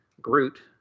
Groot